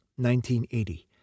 1980